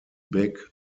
big